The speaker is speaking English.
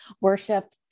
worship